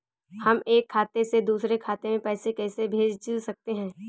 हम एक खाते से दूसरे खाते में पैसे कैसे भेज सकते हैं?